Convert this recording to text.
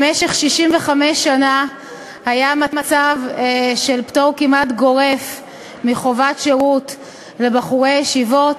במשך 65 שנה היה מצב של פטור כמעט גורף מחובת שירות לבחורי ישיבות.